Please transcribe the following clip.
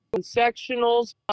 sectionals